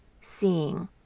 seeing